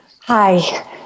Hi